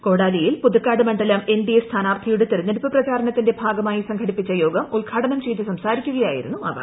കോടാലിയിൽ പുതുക്കാട് മണ്ഡലം എൻഡിഎ സ്ഥാനാർഥിയുടെ തിരഞ്ഞെടുപ്പ് പ്രചാരണത്തിന്റെ ഭാഗമായി സംഘടിപ്പിച്ച യോഗം ഉദ്ഘാടനം ചെയ്ത് സംസാരിക്കുകയായിരുന്നു അവർ